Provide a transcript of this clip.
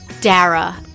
Dara